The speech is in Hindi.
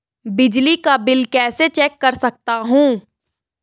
बिजली का बिल कैसे चेक कर सकता हूँ?